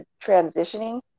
transitioning